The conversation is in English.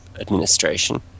administration